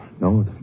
No